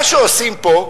מה שעושים פה,